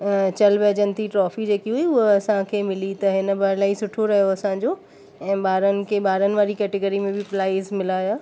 चल बहजंती ट्रॉफी जेकी हुई हूअ असांखे मिली त इनमें इलाही सुठो रहियो असांजो ऐं ॿारनि खे ॿारनि वारी कैटेगरी में बि प्राइज मिला हुया